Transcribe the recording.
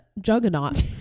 Juggernaut